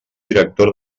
directora